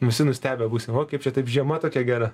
visi nustebę būsim o kaip čia taip žema tokia gera